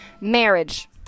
Marriage